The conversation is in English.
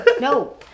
no